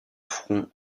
front